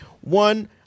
One